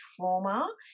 trauma